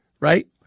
Right